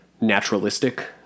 naturalistic